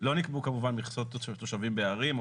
לא נקבעו כמובן מכסות תושבי בערים,